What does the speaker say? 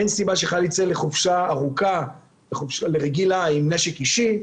אין סיבה שחייל יצא לרגילה עם נשק אישי.